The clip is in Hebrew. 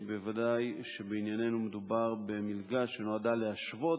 ודאי שבענייננו מדובר במלגה שנועדה להשוות